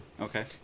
Okay